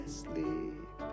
sleep